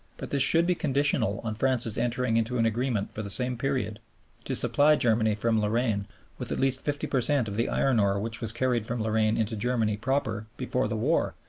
but this should be conditional on france's entering into an agreement for the same period to supply germany from lorraine with at least fifty per cent of the iron-ore which was carried from lorraine into germany proper before the war,